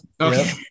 Okay